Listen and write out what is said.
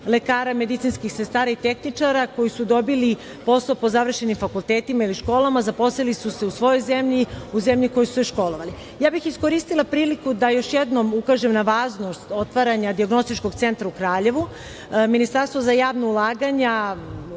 lekara, medicinskih sestara i tehničara koji su dobili posao po završenim fakultetima i školama. Zaposlili su se u svojoj zemlji, u zemlji u kojoj su se školovali. Ja bih iskoristila priliku da još jednom ukažem na važnost otvaranja dijagnostičkog centra u Kraljevu. Ministarstvo za javna ulaganja,